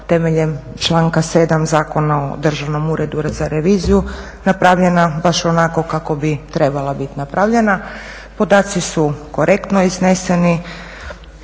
temeljem članka 7. Zakona o Državnom uredu za reviziju napravljena baš onako kako bi trebala biti napravljena. Podaci su korektno izneseni,